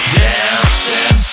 dancing